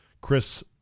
Chris